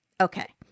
Okay